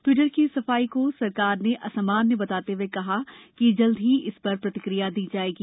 Twitter की इस सफाई को सरकार ने असामान्य बताते हुए कहा है कि जल्द ही इसपर प्रतिक्रिया दी जाएगी